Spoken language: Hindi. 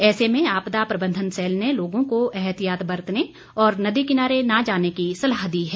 ऐसे में आपदा प्रबंधन सैल ने लोगों को एहतियात बरतने और नदी किनारे न जाने की सलाह दी है